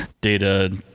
Data